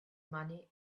money